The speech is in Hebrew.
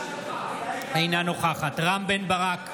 אינה נוכחת אלעזר, אל תברח,